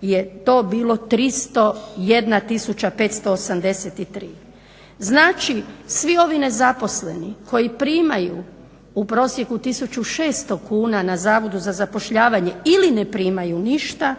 je to bilo 301 tisuća 583. Znači, svi ovi nezaposleni koji primaju u prosjeku 1600 kuna na Zavodu za zapošljavanje ili ne primaju ništa